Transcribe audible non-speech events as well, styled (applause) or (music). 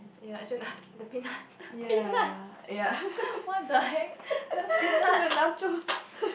ya actual~ the peanut peanut (laughs) what the heck the peanut